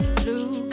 blue